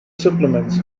supplements